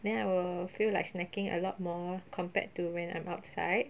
then I will feel like snacking a lot more compared to when I'm outside